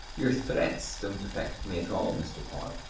your threats don't affect me at all, mr. power.